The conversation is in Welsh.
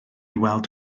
weld